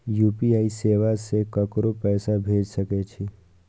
UPI सेवा से ककरो पैसा भेज सके छी?